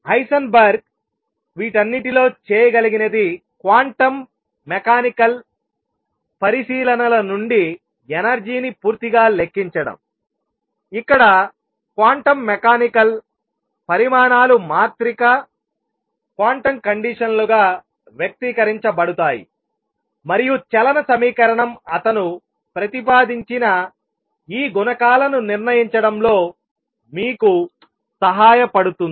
Heisenberg వీటన్నిటిలో చేయగలిగినది quantum mechanical పరిశీలనల నుండి ఎనర్జీని పూర్తిగా లెక్కించడం ఇక్కడ క్వాంటం మెకానికల్ పరిమాణాలు మాత్రిక క్వాంటం కండిషన్లుగా వ్యక్తీకరించబడతాయి మరియు చలన సమీకరణం అతను ప్రతిపాదించిన ఈ గుణకాలను నిర్ణయించడంలో మీకు సహాయపడుతుంది